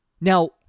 Now